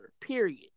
period